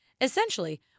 Essentially